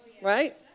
right